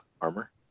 armor